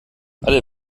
alle